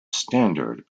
standard